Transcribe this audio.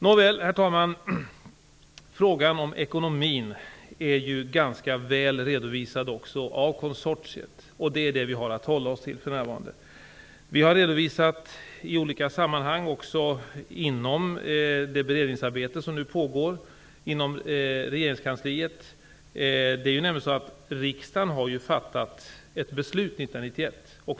Nåväl, herr talman, frågan om ekonomin är ganska väl redovisad också av konsortiet. Det är detta som vi för närvarande har att hålla oss till. Vi har i olika sammanhang redovisat också det beredningsarbete som nu pågår inom regeringskansliet. Riksdagen fattade nämligen ett beslut 1991.